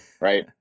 Right